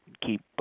keep